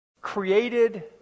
created